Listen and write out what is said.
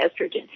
estrogen